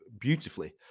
beautifully